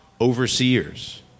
overseers